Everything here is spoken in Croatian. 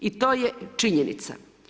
I to je činjenica.